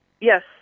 Yes